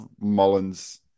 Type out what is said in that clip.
Mullins